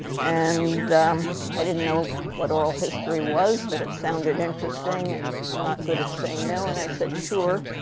and i didn't know what oral history was. but it sounded interesting. and i'm not good at saying no. and i said, sure.